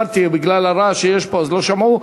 בגלל הרעש שיש פה אז לא שמעו,